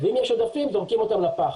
ואם יש עודפים זורקים אותם לפח.